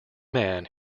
man